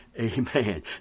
Amen